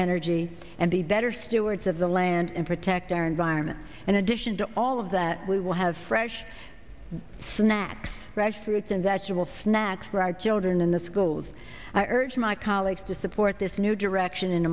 energy and be better stewards of the land and protect our environment in addition to all of that we will have fresh snacks fresh fruits and vegetable snacks rajendran in the schools i urge my colleagues to support this new direction